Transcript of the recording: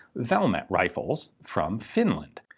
valmet rifles from finland.